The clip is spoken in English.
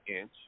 inch